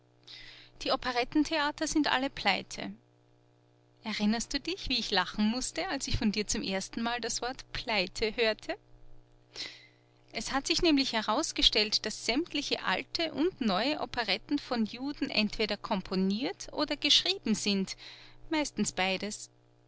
die operettentheater sind alle pleite erinnerst du dich wie ich lachen mußte als ich von dir zum erstenmal das wort pleite hörte es hat sich nämlich herausgestellt daß sämtliche alte und neue operetten von juden entweder komponiert oder geschrieben sind meistens beides